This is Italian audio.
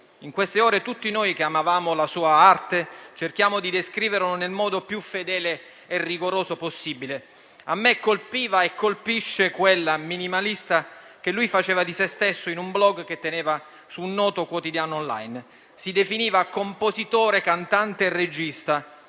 In queste ore tutti noi che amavamo la sua arte cerchiamo di descriverlo nel modo più fedele e rigoroso possibile. A me colpiva e colpisce quella descrizione minimalista che lui faceva di se stesso in un *blog* che teneva su un noto quotidiano *on line*; si definiva compositore, cantante e regista.